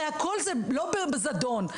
הרי זה לא בזדון,